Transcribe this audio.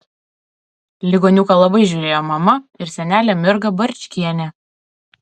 ligoniuką labai žiūrėjo mama ir senelė mirga barčkienė